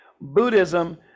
Buddhism